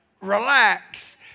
relax